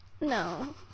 No